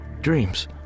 Dreams